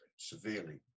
Severely